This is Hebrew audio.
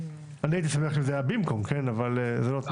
הייתי שמח אילו זה היה במקום, אבל זה לא תנאי.